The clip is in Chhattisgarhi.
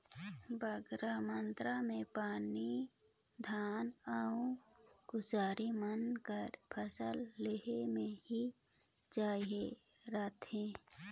बगरा मातरा में पानी धान अउ कुसियार मन कर फसिल लेहे में ही चाहिए रहथे